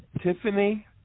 Tiffany